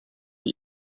die